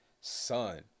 Son